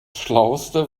schlauste